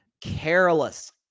careless